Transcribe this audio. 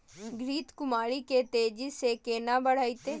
घृत कुमारी के तेजी से केना बढईये?